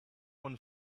one